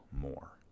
more